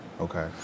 okay